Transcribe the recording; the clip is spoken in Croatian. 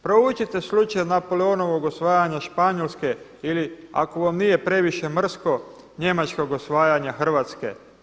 Proučite slučaj Napoleonovog osvajanja Španjolske ili ako vam nije previše mrsko Njemačkog osvajanja Hrvatske.